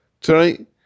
Tonight